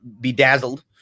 bedazzled